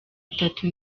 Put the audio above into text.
itatu